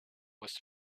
with